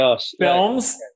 films